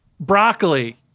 Broccoli